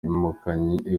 ikompanyi